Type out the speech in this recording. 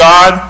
God